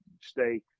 stay